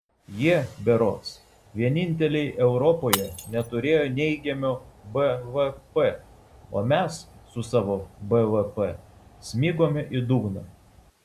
jie berods vieninteliai europoje neturėjo neigiamo bvp o mes su savo bvp smigome į dugną